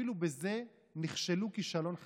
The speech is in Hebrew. אפילו בזה נכשלו כישלון חרוץ.